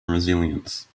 resilience